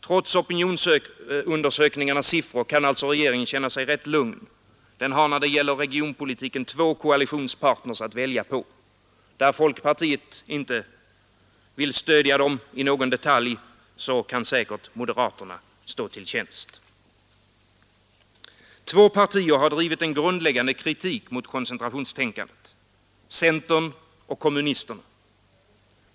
Trots opinionsundersökningarnas siffror kan alltså regeringen känna sig rätt lugn. Den har när det gäller regionpolitiken två koalitionspartner att välja på. Där folkpartiet i någon detalj inte vill stödja den, kan säkert moderaterna stå till tjänst. Två partier har drivit en grundläggande kritik mot koncentrationstänkandet centern och kommunisterna.